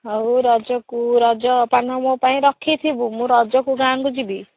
ହଉ ରଜକୁ ରଜ ପାନ ମୋ ପାଇଁ ରଖିଥିବୁ ମୁଁ ରଜକୁ ଗାଁକୁ ଯିବି